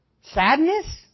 Sadness